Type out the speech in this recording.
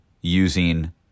using